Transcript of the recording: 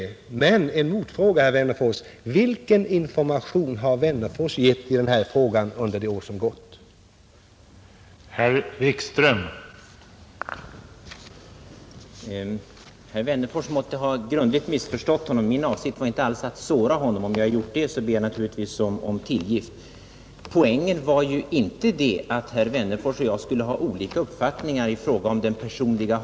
Men låt mig komma med en motfråga, herr Wennerfors: Vilken information har herr Wennerfors givit i denna fråga under de år som har gått?